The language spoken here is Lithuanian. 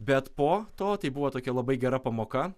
bet po to tai buvo tokia labai gera pamoka